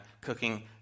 cooking